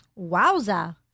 Wowza